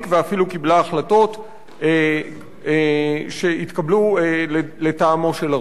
ואפילו קיבלה החלטות שהתקבלו לטעמו של הרוב.